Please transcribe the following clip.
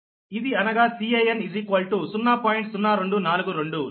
slide సమయం చూడండిస్లైడ్ సమయం చూడండి ఇది అనగా Can 0